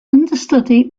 understudy